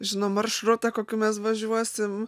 žino maršrutą kokiu mes važiuosim